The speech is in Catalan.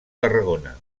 tarragona